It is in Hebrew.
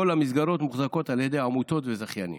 כל המסגרות מוחזקות על ידי עמותות וזכיינים.